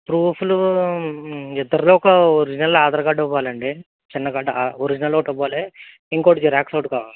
ప్రూఫ్లు ఇద్దరివి ఒక ఒరిజినల్ ఆధార్ కార్డు ఇవ్వాలండి చిన్న కార్డు ఒరిజినల్ ఒకటి ఇవ్వాలి ఇంకోటి జిరాక్స్ ఒకటి కావాలి